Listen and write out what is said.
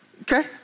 Okay